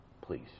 please